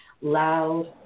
loud